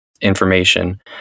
information